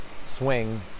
swing